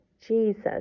Jesus